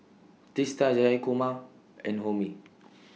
Teesta Jayakumar and Homi